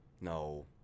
No